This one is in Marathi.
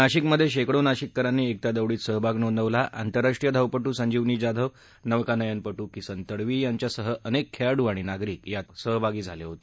नाशिकमधे शेकडो नाशिकररांनी एकता दौडीत सहभाग नोंदवला आंतरराष्ट्रीय धावपटू संजीवनी जाधव नौकानयनपटू किसन तडवी यांच्यासह अनेक खेळाडू आणि नागरिक यांचा त्यात समावेश होता